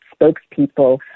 spokespeople